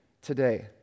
today